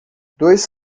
dois